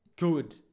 Good